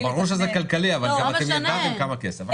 ברור שזה כלכלי, אבל אתם ידעתם כמה כסף.